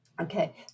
Okay